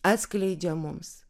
atskleidžia mums